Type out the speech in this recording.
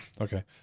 Okay